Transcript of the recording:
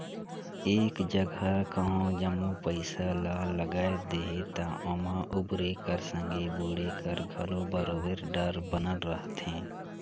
एक जगहा कहों जम्मो पइसा ल लगाए देहे ता ओम्हां उबरे कर संघे बुड़े कर घलो बरोबेर डर बनल रहथे